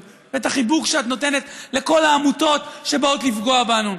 ואת החיבוק שאת נותנת לכל העמותות שבאות לפגוע בנו.